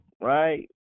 right